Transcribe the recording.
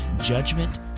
judgment